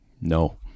No